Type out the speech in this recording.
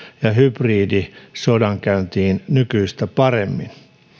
ja hybridisodankäyntiin nykyistä paremmin